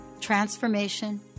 Transformation